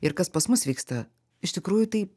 ir kas pas mus vyksta iš tikrųjų tai